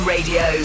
Radio